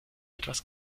etwas